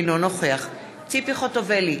אינו נוכח ציפי חוטובלי,